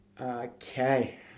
Okay